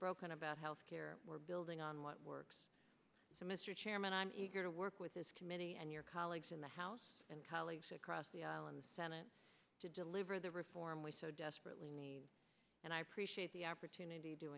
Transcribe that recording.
broken about health care we're building on what works so mr chairman i'm eager to work with this committee and your colleagues in the house and colleagues across the aisle in the senate to deliver the reform we so desperately need and i appreciate the opportunity